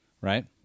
right